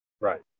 Right